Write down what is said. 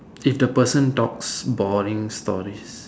if the person talks boring stories